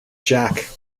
jack